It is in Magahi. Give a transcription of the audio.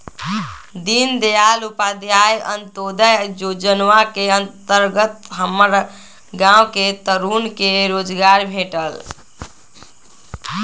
दीनदयाल उपाध्याय अंत्योदय जोजना के अंतर्गत हमर गांव के तरुन के रोजगार भेटल